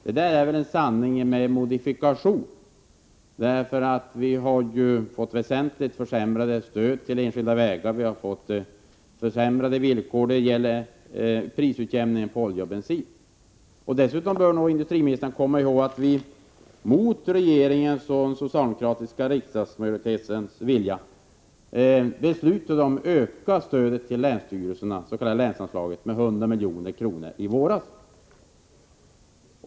Men det är väl en sanning med modifikation. Vi har ju fått ett väsentligt försämrat stöd till enskilda vägar. Vi har också fått försämrade villkor när det gäller prisutjämning på olja och bensin. Och dessutom bör nog industriministern komma ihåg att vi — mot regeringens och den socialdemokratiska riksdagsmajoritetens vilja — beslutade om att öka stödet till länsstyrelserna, det s.k. länsanslaget, med 100 milj.kr. i våras.